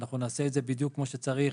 אנחנו נעשה את זה בדיוק כמו שצריך